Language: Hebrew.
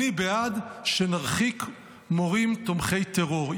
אני בעד שנרחיק מורים תומכי טרור.